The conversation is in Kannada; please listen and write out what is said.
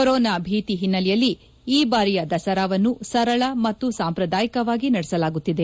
ಕೊರೊನಾ ಭೀತಿ ಹಿನ್ನೆಲೆಯಲ್ಲಿ ಈ ಬಾರಿಯ ದಸರಾವನ್ನು ಸರಳ ಮತ್ತು ಸಾಂಪ್ರದಾಯಿಕವಾಗಿ ನಡೆಸಲಾಗುತ್ತಿದೆ